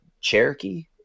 Cherokee